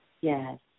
Yes